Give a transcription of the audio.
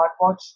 smartwatch